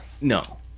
No